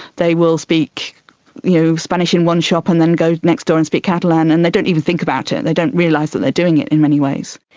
they will speak you know spanish in one shop and then go next door and speak catalan and they don't even think about it, they don't realise that they are doing it in many ways.